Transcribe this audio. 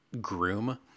groom